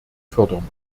fördern